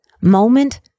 moment